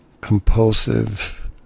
compulsive